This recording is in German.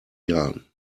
jahren